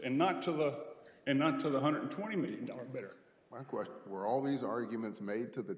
and not to the and not to the hundred twenty million dollars better my question were all these arguments made to the